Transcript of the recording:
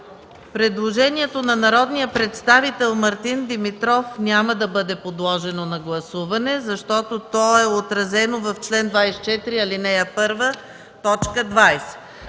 Предложението на народния представител Мартин Димитров няма да бъде подложено на гласуване, защото то е отразено в чл. 24, ал. 1, т. 20.